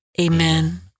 Amen